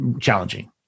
challenging